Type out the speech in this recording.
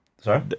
Sorry